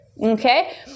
Okay